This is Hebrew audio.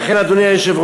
לכן, אדוני היושב-ראש,